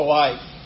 life